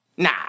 Nah